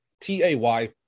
T-A-Y